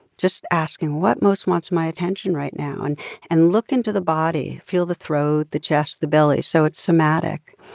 just asking, what most wants my attention right now? and and look into the body. feel the throat, the chest, the belly. so it's somatic.